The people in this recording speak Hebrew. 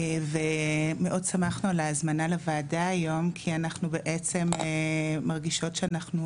מאוד שמחנו על ההזמנה לוועדה היום כי אנחנו בעצם מרגישות שאנחנו